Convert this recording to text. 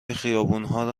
خیابونها